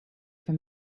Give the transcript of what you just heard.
for